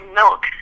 milk